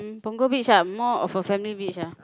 Punggol Beach ah more of a family beach ah